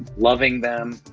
loving them.